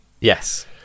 Yes